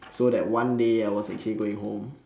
so that one day I was actually going home